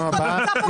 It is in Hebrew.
אני פעמיים כבר יצאתי.